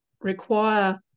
require